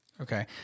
Okay